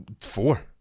Four